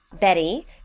Betty